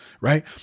right